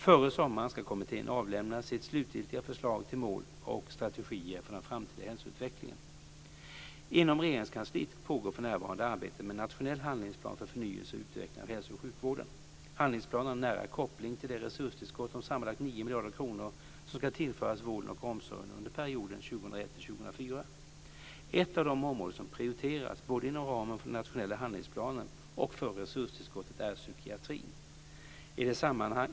Före sommaren ska kommittén avlämna sitt slutliga förslag till mål och strategier för den framtida hälsoutvecklingen. Inom Regeringskansliet pågår för närvarande arbetet med en nationell handlingsplan för förnyelse och utveckling av hälso och sjukvården. Handlingsplanen har nära koppling till det resurstillskott om sammanlagt 9 miljarder kronor som ska tillföras vården och omsorgen under perioden 2001-2004. Ett av de områden som prioriteras både inom ramen för den nationella handlingsplanen och för resurstillskottet är psykiatrin.